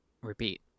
repeat